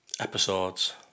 episodes